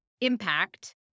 impact